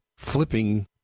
Flipping